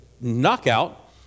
knockout